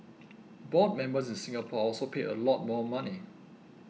board members in Singapore are also paid a lot more money